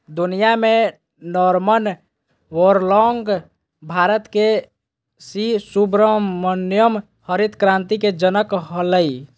दुनिया में Norman Borlaug Bharat के सी सुब्रमण्यम हरित क्रांति के जनक हलई